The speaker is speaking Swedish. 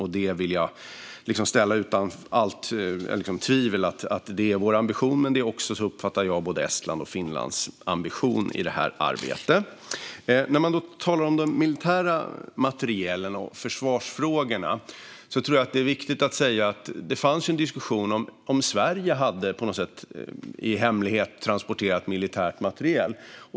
Jag vill ställa utom allt tvivel att detta är vår ambition, och det är också, uppfattar jag, både Estlands och Finlands ambition i det här arbetet. När man talar om de militära materielen och försvarsfrågorna tror jag att det är viktigt att säga att det fanns en diskussion om huruvida Sverige på något sätt i hemlighet hade transporterat militär materiel.